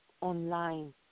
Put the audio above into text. online